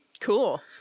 Cool